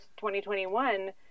2021